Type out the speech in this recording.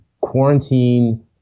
quarantine